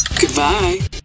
Goodbye